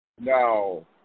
No